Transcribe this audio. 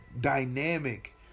dynamic